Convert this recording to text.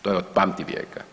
To je od pamtivijeka.